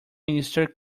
minister